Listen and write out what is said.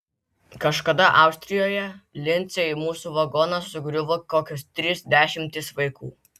kažkada austrijoje lince į mūsų vagoną sugriuvo kokios trys dešimtys vaikų